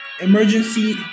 Emergency